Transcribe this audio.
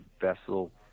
vessel